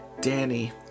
Danny